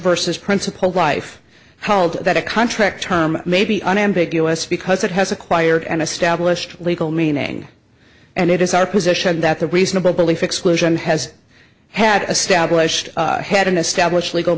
versus principled life hold that a contract term may be unambiguous because it has acquired an established legal meaning and it is our position that the reasonable belief exclusion has had a stablished had an established legal